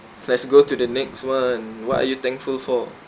let's go to the next one what are you thankful for